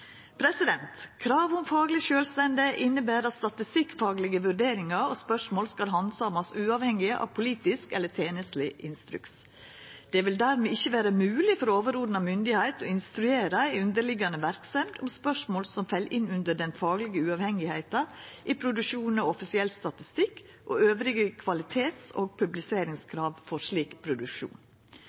Krav om fagleg sjølvstende inneber at statistikkfaglege vurderingar og spørsmål skal handsamast uavhengig av politisk eller tenestleg instruks. Det vil dermed ikkje vera mogleg for overordna myndigheit å instruera ei underliggjande verksemd om spørsmål som fell inn under den faglege uavhengigheita i produksjonen av offisiell statistikk, eller andre kvalitets- og publiseringskrav for slik produksjon.